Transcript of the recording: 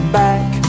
back